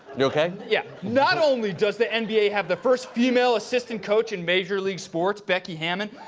you okay? yeah. not only does the and nba have the first female assistant coach in major league sports, becky hammon,